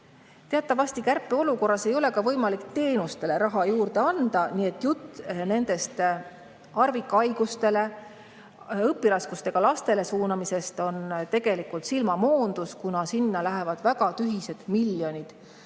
Teatavasti kärpeolukorras ei ole võimalik teenusteks raha juurde anda, nii et jutt raha harvikhaiguste ravile ja õpiraskustega lastele suunamisest on tegelikult silmamoondus, kuna sinna lähevad väga tühised miljonid. Ja meile